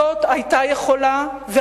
זאת היתה יכולה להיות הזדמנות,